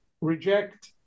reject